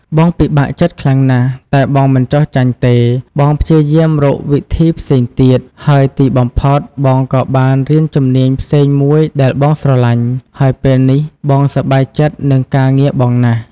បងពិបាកចិត្តខ្លាំងណាស់ តែបងមិនចុះចាញ់ទេ បងព្យាយាមរកវិធីផ្សេងទៀត ហើយទីបំផុតបងក៏បានរៀនជំនាញផ្សេងមួយដែលបងស្រឡាញ់ ហើយពេលនេះបងសប្បាយចិត្តនឹងការងារបងណាស់។